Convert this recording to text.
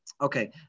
Okay